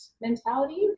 mentality